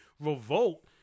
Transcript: revolt